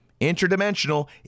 Interdimensional